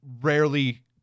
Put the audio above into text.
rarely